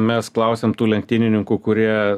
mes klausėm tų lenktynininkų kurie